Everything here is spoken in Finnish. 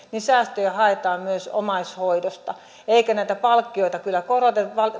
säästöjä haetaan myös omaishoidosta eikä näitä palkkioita kyllä koroteta vaan